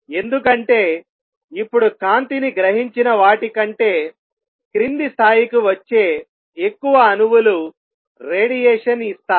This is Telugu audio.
ఎందుకంటే ఇప్పుడు కాంతిని గ్రహించిన వాటి కంటే క్రింది స్థాయికి వచ్చే ఎక్కువ అణువులు రేడియేషన్ ఇస్తాయి